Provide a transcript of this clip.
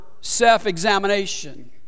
self-examination